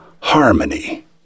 Harmony